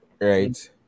right